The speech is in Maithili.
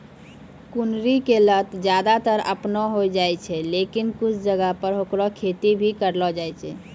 कुनरी के लत ज्यादातर आपनै होय जाय छै, लेकिन कुछ जगह मॅ हैकरो खेती भी करलो जाय छै